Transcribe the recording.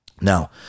now